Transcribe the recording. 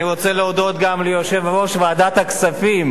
אני רוצה להודות גם ליושב-ראש ועדת הכספים,